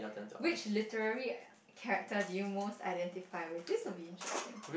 which literary character do you most identify with this will be interesting